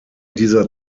dieser